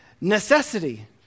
necessity